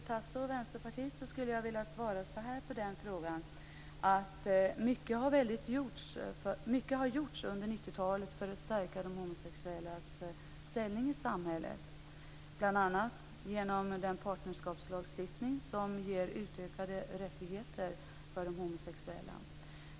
Fru talman! Jag skulle vilja svara så här på den frågan till Tasso och Vänsterpartiet: Mycket har gjorts under 90-talet för att stärka de homosexuellas ställning i samhället, bl.a. genom den partnerskapslagstiftning som ger utökade rättigheter för de homosexuella.